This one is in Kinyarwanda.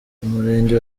umurenge